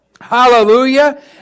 Hallelujah